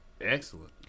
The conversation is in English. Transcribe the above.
Excellent